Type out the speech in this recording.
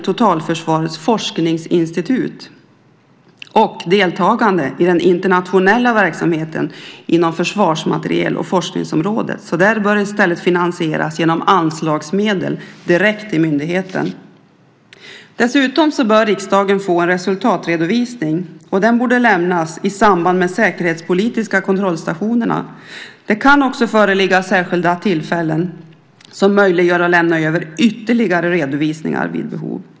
Totalförsvarets forskningsinstitut och deltagandet i den internationella verksamheten inom försvarsmateriel och forskningsområdet bör i stället finansieras via anslagsmedel direkt till myndigheten. Dessutom bör riksdagen få en resultatredovisning. Den borde lämnas i samband med de säkerhetspolitiska kontrollstationerna. Det kan också vid särskilda tillfällen finnas möjlighet att lämna över ytterligare redovisningar vid behov.